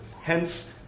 Hence